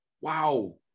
wow